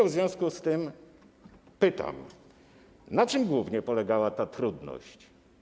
W związku z tym pytam: Na czym głównie polegała ta trudność?